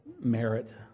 merit